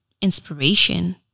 inspiration